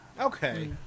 Okay